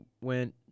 went